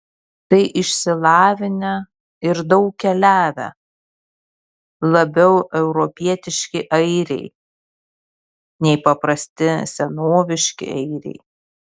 tai išsilavinę ir daug keliavę labiau europietiški airiai nei paprasti senoviški airiai